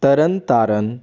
Tarn Taran